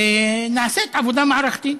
ונעשית עבודה מערכתית.